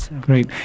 Great